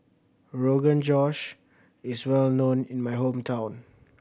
Rogan Josh is well known in my hometown